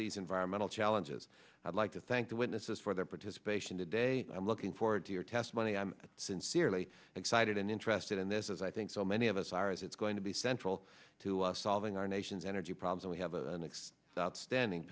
environmental challenges i'd like to thank the witnesses for their participation today i'm looking forward to your testimony i'm sincerely excited and interested in this as i think so many of us are as it's going to be central to of solving our nation's energy problems and we have a next outstanding